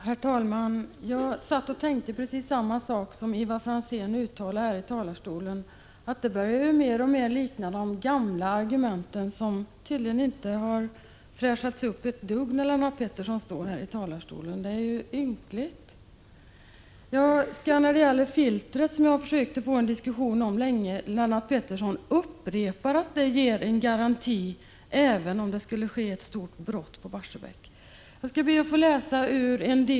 Herr talman! Jag tänkte precis detsamma som Ivar Franzén, att det är de gamla argumenten som förs fram — de har inte fräschats upp ett dugg. Det är ynkligt. Jag har försökt få en diskussion om filtret. Lennart Pettersson upprepar att filtret innebär en garanti även vid ett stort brott på Barsebäck.